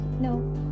no